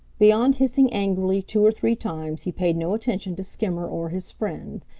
beyond hissing angrily two or three times he paid no attention to skimmer or his friends,